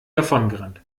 davongerannt